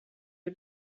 you